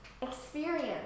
Experience